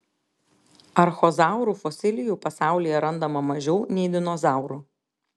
archozaurų fosilijų pasaulyje randama mažiau nei dinozaurų